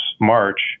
March